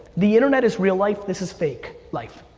the internet is real life, this is fake life.